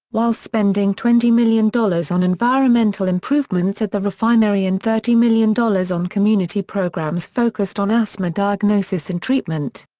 while spending twenty million dollars on environmental improvements at the refinery and thirty million dollars on community programs focused on asthma diagnosis and treatment.